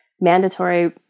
mandatory